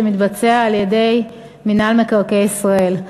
שמתבצע על-ידי מינהל מקרקעי ישראל.